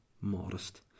Modest